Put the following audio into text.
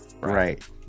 right